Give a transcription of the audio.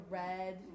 red